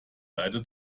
leide